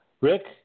Rick